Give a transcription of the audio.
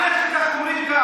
גם עליכם כך אומרים.